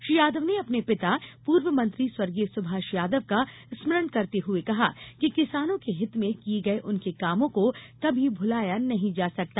श्री यादव ने अपने पिता पूर्व मंत्री स्व सुभाष यादव का स्मरण करते हुए कहा कि किसानों के हित में किये गये उनके कामों को कभी भुलाया नहीं जा सकता